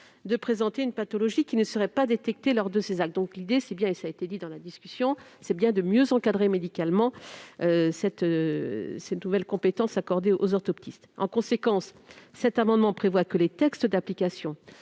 de présenter une pathologie qui ne serait pas détectée lors de ces actes. Nous l'avons déjà dit, l'idée est bien de mieux encadrer médicalement cette nouvelle compétence accordée aux orthoptistes. En conséquence, l'amendement prévoit que les textes d'application